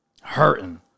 Hurting